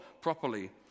properly